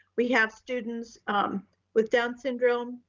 we have students with down syndrome,